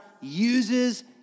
uses